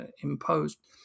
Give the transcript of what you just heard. imposed